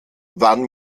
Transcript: waren